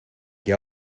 que